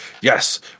yes